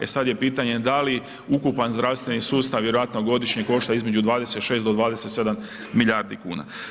E sad je pitanje da li ukupan zdravstveni sustav vjerojatno godišnje košta između 26 do 27 milijardi kuna.